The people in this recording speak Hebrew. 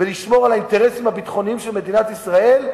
ולשמור על האינטרסים הביטחוניים של מדינת ישראל,